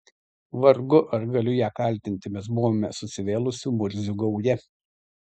vargu ar galiu ją kaltinti mes buvome susivėlusių murzių gauja